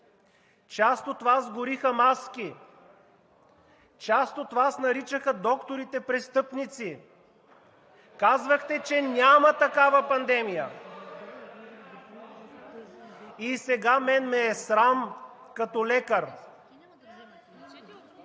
Част от Вас гориха маски и част от Вас наричаха докторите „престъпници“! Казвахте, че няма такава пандемия! А сега мен ме е срам като лекар.